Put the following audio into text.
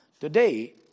today